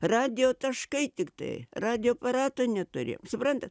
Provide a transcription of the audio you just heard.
radijo taškai tiktai radijo aparato neturėjom suprantat